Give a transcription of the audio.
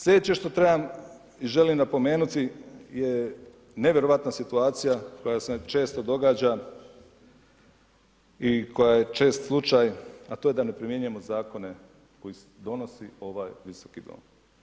Sljedeći što trebam, želim napomenuti, nevjerojatna situacija, koja se često događa i koja je čest slučaj, a to je da ne primjenjujemo zakone, koji se donosi u ovaj Viski dom.